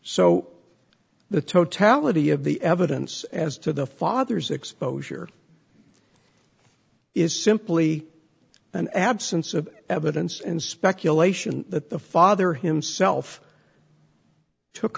so the totality of the evidence as to the father's exposure is simply an absence of evidence and speculation that the father himself took